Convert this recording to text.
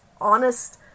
honest